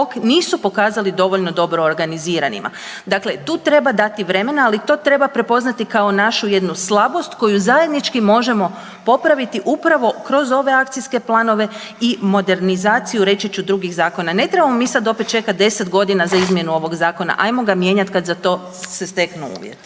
nisu pokazali dovoljno dobro organiziranima. Dakle tu treba dati vremena, ali to treba prepoznati kao našu jednu slabost koju zajednički možemo popraviti upravo kroz ove akcijske planove i modernizaciju, reći ću, drugih zakona. Ne trebamo mi sad opet čekati 10 godina za izmjenu ovog Zakona, ajmo ga mijenjati kad za to se steknu uvjeti.